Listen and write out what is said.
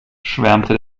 schwärmte